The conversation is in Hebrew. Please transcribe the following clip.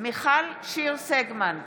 מיכל שיר סגמן, בעד